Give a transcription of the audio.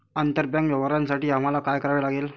आंतरबँक व्यवहारांसाठी आम्हाला काय करावे लागेल?